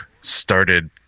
started